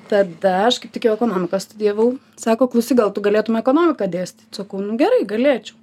tada aš kaip tik jau ekonomikos studijavau sako klausyk gal tu galėtum ekonomiką dėstyt sakau nu gerai galėčiau